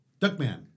Duckman